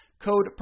Code